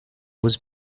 was